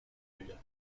rivière